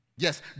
Yes